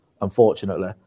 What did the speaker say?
unfortunately